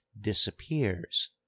disappears